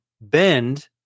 bend